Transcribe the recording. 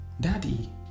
Daddy